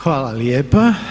Hvala lijepa.